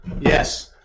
Yes